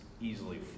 easily